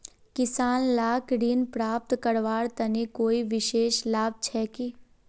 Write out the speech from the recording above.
किसान लाक ऋण प्राप्त करवार तने कोई विशेष लाभ छे कि?